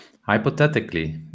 Hypothetically